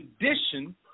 condition